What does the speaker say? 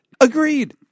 Agreed